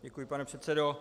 Děkuji, pane předsedo.